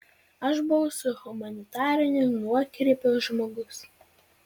aš buvau su humanitariniu nuokrypiu žmogus